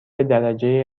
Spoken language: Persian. درجه